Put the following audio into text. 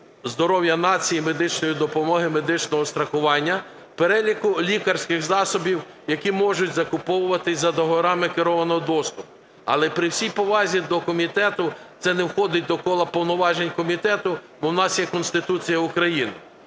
здоров'я нації, медичної допомоги, медичного страхування переліку лікарських засобів, які можуть закуповуватись за договорами керованого доступу. Але, при всій повазі до комітету, це не входить до кола повноважень комітету, бо у нас є Конституція України.